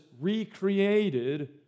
recreated